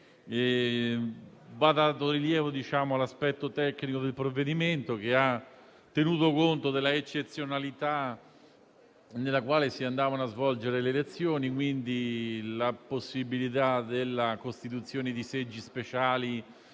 Va dato rilievo all'aspetto tecnico del provvedimento, che ha tenuto conto dell'eccezionalità nella quale si svolgevano le elezioni e, quindi, la possibilità della costituzione di seggi speciali